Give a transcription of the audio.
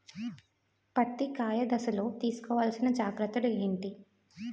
పత్తి కాయ దశ లొ తీసుకోవల్సిన జాగ్రత్తలు ఏంటి?